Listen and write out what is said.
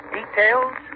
details